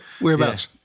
Whereabouts